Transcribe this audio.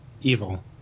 evil